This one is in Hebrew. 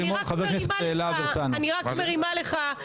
בבקשה.